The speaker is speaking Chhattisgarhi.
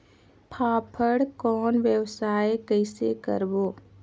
फाफण कौन व्यवसाय कइसे करबो?